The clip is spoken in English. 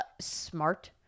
smart